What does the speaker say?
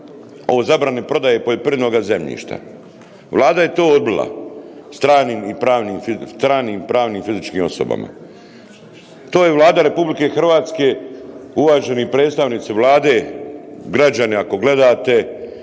o zabrani prodaje poljoprivrednoga zemljišta. Vlada je to odbila, stranim i pravnim, stranim i pravnim fizičkim osobama. To je Vlada RH, uvaženi predstavnici Vlade, građani ako gledate